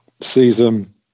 season